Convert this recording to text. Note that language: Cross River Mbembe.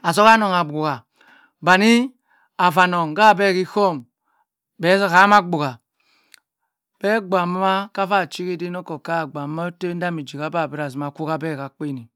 ashuha anong abua, banny aa vanong ha bh hi chum bh zohama abua bh abua maa kavar chi ker edhen oka ka obua maa otemdami chi bh hava sabh ka kpen eh.